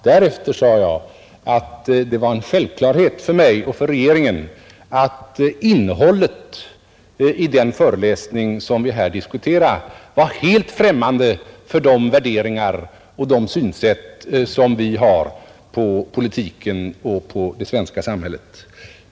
Därefter sade jag att det var en självklarhet för mig och regeringen att innehållet i den föreläsning som vi här diskuterar var helt främmande för de värderingar och de synsätt som vi har på politiken och det svenska samhället.